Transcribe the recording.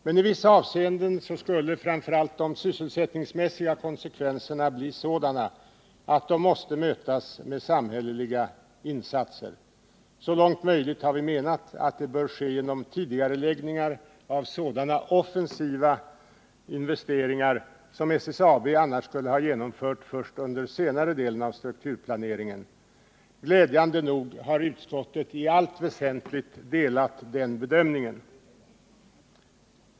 Men i vissa avseenden skulle framför allt de sysselsättningsmässiga konsekvenserna bli sådana att de måste mötas med samhälleliga insatser. Vi har ansett att det så långt det är möjligt bör ske genom tidigareläggningar av sådana offensiva investeringar som SSAB annars skulle ha genomfört först under senare delen av strukturplaneringen. Glädjande nog har utskottet i allt väsentligt delat den bedömningen.